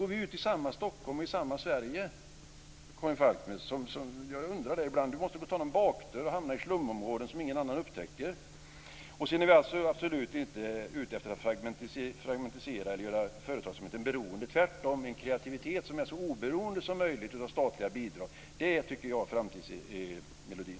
Går vi ut i samma Stockholm och samma Sverige, Karin Falkmer? Jag undrar det ibland. Karin Falkmer måste ta någon bakdörr och hamna i slumområden som ingen annan upptäcker. Sedan är vi absolut inte ute efter att fragmentisera eller göra företagsamheten beroende. Tvärtom tycker jag att en kreativitet som är så oberoende som möjligt av statliga bidrag är framtidsmelodin.